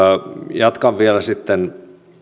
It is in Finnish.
jatkan vielä sitten